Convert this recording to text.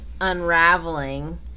unraveling